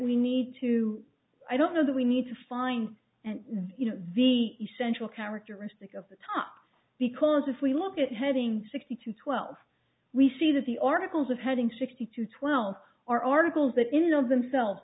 we need to i don't know that we need to find and you know the essential characteristic of the time because if we look at having sixty to twelve we see that the articles of heading sixty to twelve are articles that in of themselves